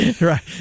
right